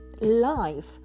life